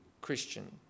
Christian